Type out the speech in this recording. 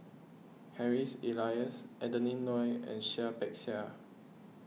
Harry Elias Adeline Ooi and Seah Peck Seah